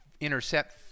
intercept